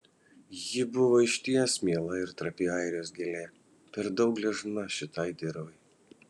ji buvo išties miela ir trapi airijos gėlė per daug gležna šitai dirvai